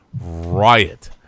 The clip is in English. riot